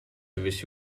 avessi